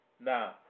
Now